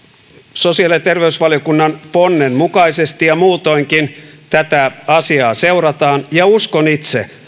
sosiaali ja terveysvaliokunnan ponnen mukaisesti ja muutoinkin tätä asiaa seurataan ja uskon itse